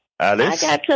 Alice